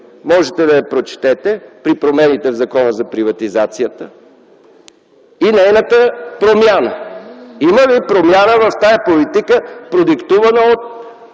Можете да я прочетете при промените в Закона за приватизацията и неговата промяна. Има ли промяна в тази политика, продиктувана от